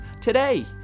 today